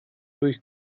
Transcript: durch